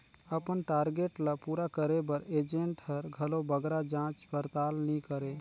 अपन टारगेट ल पूरा करे बर एजेंट हर घलो बगरा जाँच परताल नी करे